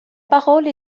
parole